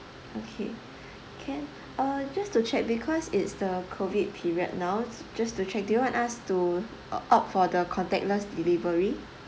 okay can uh just to check because it's the COVID period now just to check do you want us to uh opt for the contactless delivery